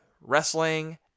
wrestling